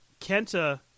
Kenta